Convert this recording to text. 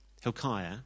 Hilkiah